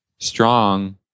strong